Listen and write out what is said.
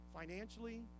financially